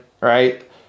right